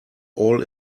all